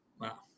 Wow